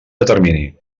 determini